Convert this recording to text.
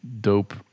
dope